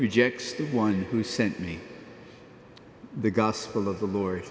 rejects the one who sent me the gospel of the lord